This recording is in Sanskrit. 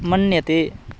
मन्यते